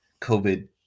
COVID